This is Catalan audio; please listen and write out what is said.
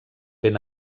ben